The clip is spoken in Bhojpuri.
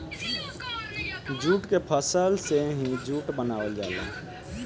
जूट के फसल से ही जूट बनावल जाला